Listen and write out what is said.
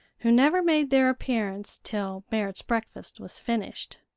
who never made their appearance till merrit's breakfast was finished.